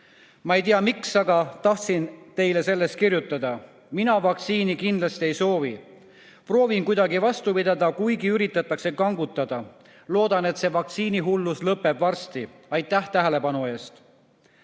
Ma ei tea, miks, aga tahtsin teile sellest kirjutada. Mina vaktsiini kindlasti ei soovi. Proovin kuidagi vastu pidada, kuigi üritatakse kangutada. Loodan, et see vaktsiinihullus lõpeb varsti. Aitäh tähelepanu eest!"